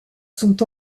sont